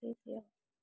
त्यति हो